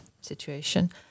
situation